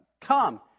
come